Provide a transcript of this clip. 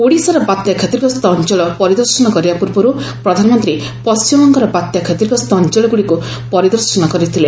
ଓଡ଼ିଶାର ବାତ୍ୟା କ୍ଷତିଗ୍ରସ୍ତ ଅଞ୍ଚଳ ପରିଦର୍ଶନ କରିବା ପୂର୍ବରୁ ପ୍ରଧାନମନ୍ତ୍ରୀ ପଣ୍ଟିମବଙ୍ଗର ବାତ୍ୟା କ୍ଷତିଗ୍ରସ୍ତ ଅଞ୍ଚଳଗୁଡ଼ିକୁ ପରିଦର୍ଶନ କରିଥିଲେ